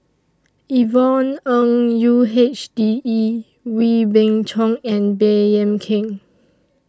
Yvonne Ng U H D E Wee Beng Chong and Baey Yam Keng